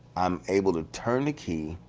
i'm able to turn the key,